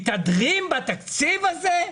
מתהדרים בתקציב הזה?